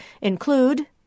include